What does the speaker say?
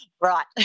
right